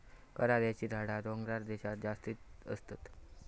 करांद्याची झाडा डोंगराळ देशांत जास्ती होतत